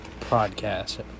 Podcast